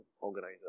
organizer